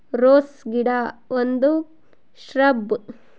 rose ಗಿಡ ಒಂದು shrub